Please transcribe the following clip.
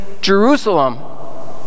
Jerusalem